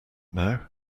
now